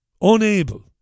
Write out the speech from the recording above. unable